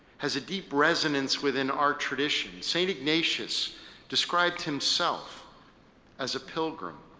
has a deep resonance within our tradition. saint ignatius described himself as a pilgrim.